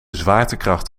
zwaartekracht